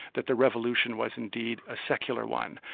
that the revolution was indeed a secular one.